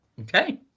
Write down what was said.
Okay